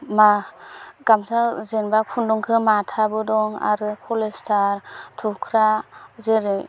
गामसा जेनेबा खुन्दुंखौ माथाबो दं आरो पलेस्टार थुख्रा जेरै